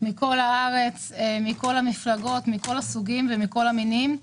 מכל הארץ, מכל המפלגות, מכל הסוגים ומכל המינים.